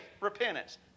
Repentance